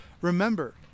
remember